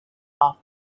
off